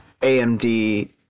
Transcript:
AMD